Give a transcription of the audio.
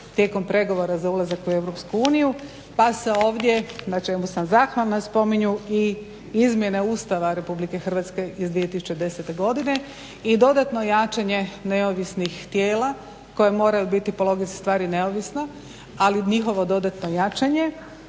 tijekom pregovora za ulazak u EU pa se ovdje na čemu sam zahvalna spominju i izmjene Ustava RH iz 2010.godine i dodatno jačanje neovisnih tijela koja moraju biti po logici stvari neovisno, ali njihovo dodatno jačanje